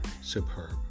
superb